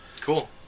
Cool